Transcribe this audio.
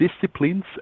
disciplines